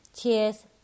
Cheers